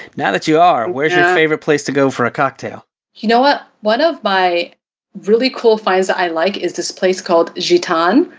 now that you are, where is your favorite place to go for a cocktail? anita you know what, one of my really cool finds i like is this place called gitane.